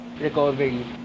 recovery